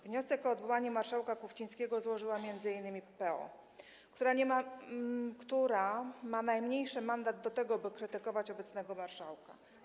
Wniosek o odwołanie marszałka Kuchcińskiego złożyła m.in. PO, która ma najsłabszy mandat do tego, by krytykować obecnego marszałka.